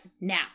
now